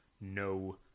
no